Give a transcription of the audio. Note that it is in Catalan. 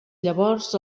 llavors